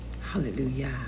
Hallelujah